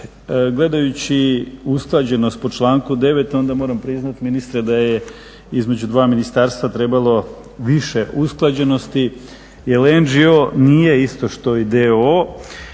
gledajući usklađenost po članku 9. onda moram priznati ministre da je između dva ministarstva trebalo više usklađenosti jel NGO nije isto što i DOO.